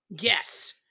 Yes